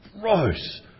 gross